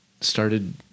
started